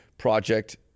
project